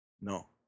No